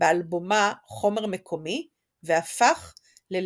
באלבומה "חומר מקומי", והפך ללהיט.